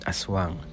Aswang